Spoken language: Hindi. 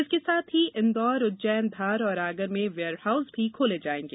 इसके साथ ही इन्दौर उज्जैन धार और आगर में वेयरहाउस भी खोले जायेंगे